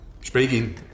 Speaking